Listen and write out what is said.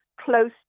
close